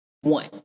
One